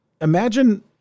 imagine